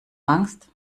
angst